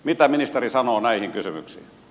mitä ministeri sanoo näihin kysyä